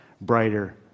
brighter